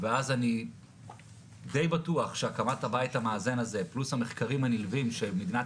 אני די בטוח שהקמת הבית המאזן הזה פלוס המחקרים הנלווים שמדינת